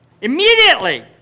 Immediately